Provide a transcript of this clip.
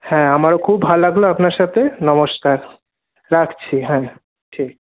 হ্যাঁ আমারও খুব ভাল লাগলো আপনার সাথে নমস্কার রাখছি হ্যাঁ ঠিক